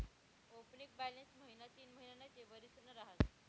opening balance महिना तीनमहिना नैते एक वरीसना रहास